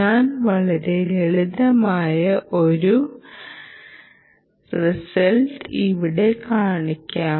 ഞാൻ വളരെ ലളിതമായ ഒരു റിസൾട്ട് ഇവിടെ കാണിക്കാം